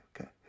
okay